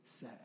say